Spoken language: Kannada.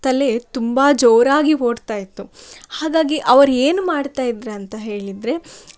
ತಲೆ ತುಂಬ ಜೋರಾಗಿ ಓಡ್ತಾ ಇತ್ತು ಹಾಗಾಗಿ ಅವರು ಏನು ಮಾಡ್ತಾ ಇದ್ರು ಅಂತ ಹೇಳಿದರೆ